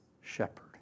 shepherd